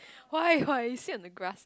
why why you sit on the grass